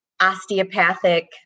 osteopathic